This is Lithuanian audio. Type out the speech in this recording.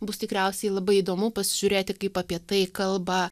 bus tikriausiai labai įdomu pasižiūrėti kaip apie tai kalba